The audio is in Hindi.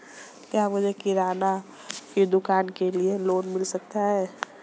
क्या मुझे किराना की दुकान के लिए लोंन मिल सकता है?